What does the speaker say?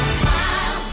smile